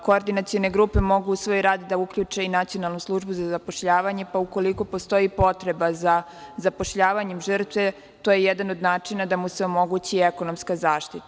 Koordinacione grupe mogu u svoj rad da uključe i Nacionalnu službu za zapošljavanje, pa ukoliko postoji potreba za zapošljavanjem žrtve, to je jedan od načina da mu se omogući i ekonomska zaštita.